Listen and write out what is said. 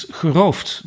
geroofd